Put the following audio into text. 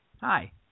Hi